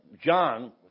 John